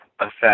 affect